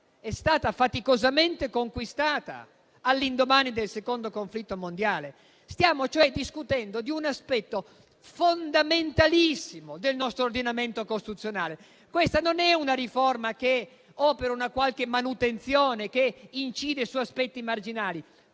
è stata faticosamente conquistata all'indomani del secondo conflitto mondiale. Stiamo cioè discutendo di un aspetto assolutamente fondamentale del nostro ordinamento costituzionale. Non si tratta di una riforma che opera una qualche manutenzione o che incide su aspetti marginali,